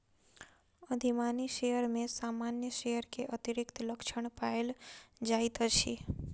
अधिमानी शेयर में सामान्य शेयर के अतिरिक्त लक्षण पायल जाइत अछि